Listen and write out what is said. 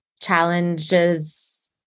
challenges